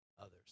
others